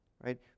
right